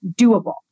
doable